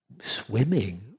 swimming